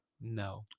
No